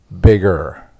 bigger